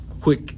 quick